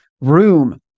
room